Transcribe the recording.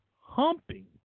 humping